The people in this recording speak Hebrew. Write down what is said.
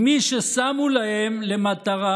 עם מי ששמו להם למטרה,